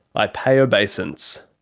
i pay obeisance.